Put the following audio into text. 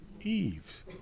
Eve